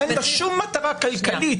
אין לה שום מטרה כלכלית,